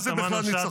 מה זה בכלל ניצחון?